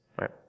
right